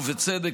ובצדק,